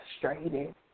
frustrated